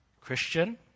Christian